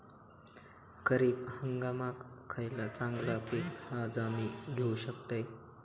खरीप हंगामाक खयला चांगला पीक हा जा मी घेऊ शकतय?